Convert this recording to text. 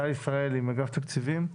טל ישראלי מאגף תקציבים.